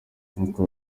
nkuko